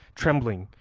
trembling,